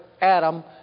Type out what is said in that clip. Adam